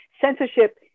Censorship